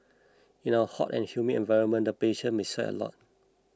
in our hot and humid environment the patients may sweat a lot